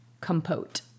compote